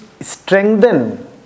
strengthen